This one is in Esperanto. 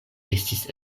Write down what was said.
estis